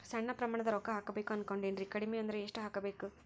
ಸಣ್ಣ ಪ್ರಮಾಣದ ರೊಕ್ಕ ಹಾಕಬೇಕು ಅನಕೊಂಡಿನ್ರಿ ಕಡಿಮಿ ಅಂದ್ರ ಎಷ್ಟ ಹಾಕಬೇಕು?